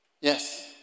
Yes